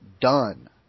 Done